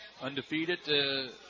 undefeated